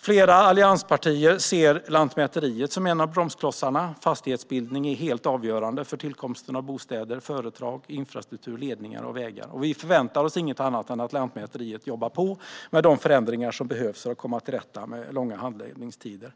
Flera allianspartier ser Lantmäteriet som en av bromsklossarna. Fastighetsbildning är helt avgörande för tillkomsten av bostäder, företag och infrastruktur, ledningar och vägar. Vi förväntar oss inget annat än att Lantmäteriet jobbar på med de förändringar som behövs för att komma till rätta med långa handläggningstider.